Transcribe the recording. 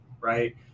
right